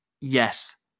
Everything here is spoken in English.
yes